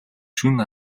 шөнө